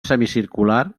semicircular